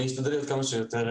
אני אשתדל להיות קצר.